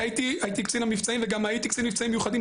כי הייתי קצין המבצעים וגם הייתי קצין מבצעים מיוחדים,